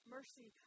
Mercy